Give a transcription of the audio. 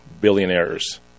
billionaires